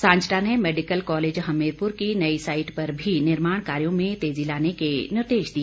सांजटा ने medical college Hamirpur की नई साइट पर निर्माण कार्यों में भी तेजी लाने के निर्देश दिए